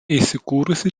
įsikūrusi